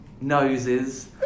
noses